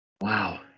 Wow